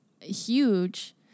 huge